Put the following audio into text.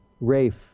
rafe